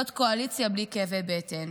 זאת קואליציה בלי כאבי בטן